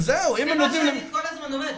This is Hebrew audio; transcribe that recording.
זה מה שאני כל הזמן אומרת,